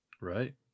right